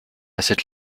cette